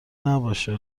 نباشه